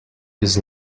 his